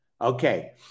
Okay